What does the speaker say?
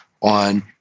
on